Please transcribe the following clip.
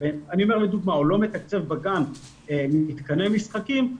הוא לא מתקצב בגן מתקני משחקים,